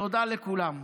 תודה לכולם.